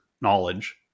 knowledge